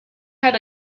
had